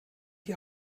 die